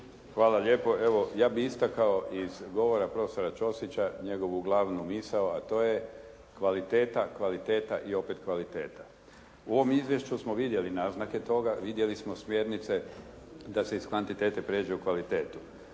Hvala lijepo. Evo, ja bih istakao iz govora prof. Ćosića, njegovu glavnu misao a to je kvaliteta, kvaliteta i opet kvaliteta. U ovom izvješću smo vidjeli naznake toga, vidjeli smo smjernice da se iz kvantiteta pređe u kvalitetu.